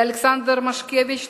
לאלכסנדר משקביץ,